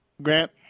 Grant